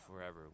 forever